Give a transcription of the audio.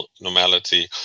normality